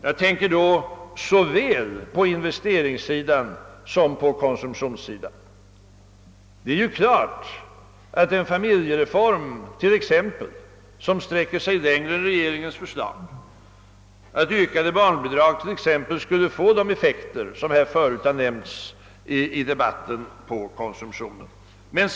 Jag tänker såväl på investeringssidan som på konsumtionssidan. Det är klart att en familjereform, som sträcker sig längre än regeringens förslag och som medför ökade barnbidrag, skulle få stor effekt på konsumtionen såsom förut nämnts i debatten.